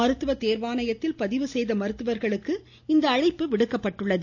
மருத்துவ தேர்வாணையத்தில் பதிவு செய்த மருத்துவர்களுக்கு இந்த அழைப்பு விடுக்கப்பட்டுள்ளது